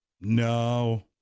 No